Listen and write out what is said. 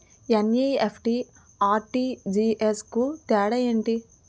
NEFT, RTGS కు తేడా ఏంటి?